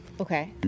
Okay